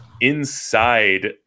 inside